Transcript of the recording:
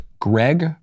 Greg